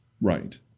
Right